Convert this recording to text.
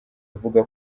avuga